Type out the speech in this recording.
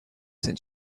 since